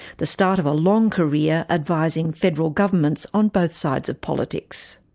the start of a long career advising federal governments on both sides of politics.